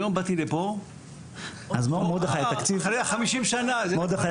היום באתי לפה --- מרדכי היקר,